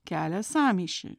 kelia sąmyšį